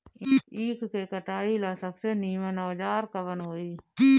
ईख के कटाई ला सबसे नीमन औजार कवन होई?